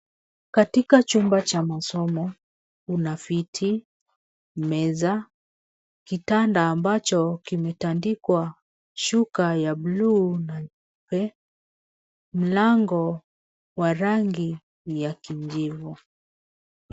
Katika chumba cha masomo kuna viti, meza, kitanda ambacho kimetandikwa shuka ya bluu na nyeupe, mlango wa rangi ya kijivu.